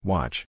Watch